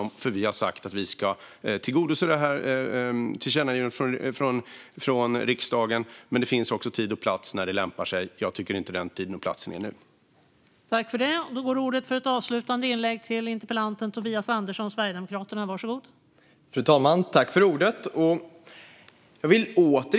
Vi har nämligen sagt att vi ska tillgodose tillkännagivandet från riksdagen. Men det finns en tid och en plats för när det lämpar sig. Jag tycker inte att den tiden och platsen är här och nu.